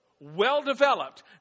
well-developed